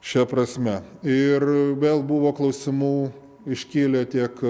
šia prasme ir vėl buvo klausimų iškilę tiek